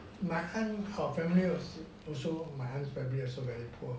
my aunt our family also my aunt family also very poor